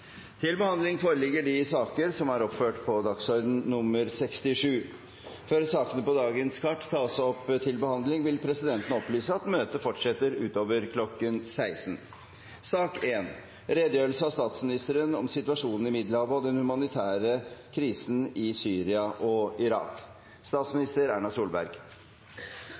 på reglementsmessig måte. Før sakene på dagens kart tas opp til behandling, vil presidenten opplyse om at møtet fortsetter utover kl. 16. Jeg takker for denne anledningen til å orientere Stortinget om situasjonen i Middelhavet og de humanitære krisene i Syria og Irak.